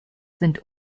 sind